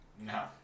No